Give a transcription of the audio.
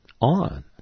on